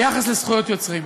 ביחס לזכויות יוצרים,